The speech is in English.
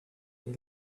they